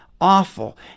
awful